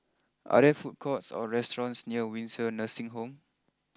are there food courts or restaurants near Windsor Nursing Home